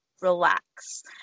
relax